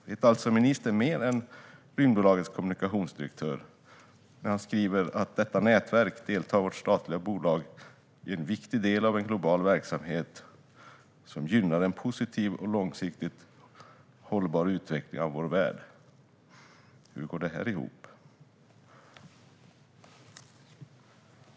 Vet alltså ministern mer än rymdbolagets kommunikationsdirektör när ministern i sitt svar skriver att med detta nätverk "deltar vårt statliga bolag i en viktig del av en global verksamhet som gynnar en positiv och långsiktigt hållbar utveckling av vår värld". Hur går det här ihop?